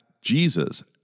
Jesus